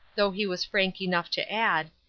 though he was frank enough to add,